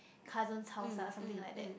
cousin house lah something like that